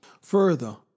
Further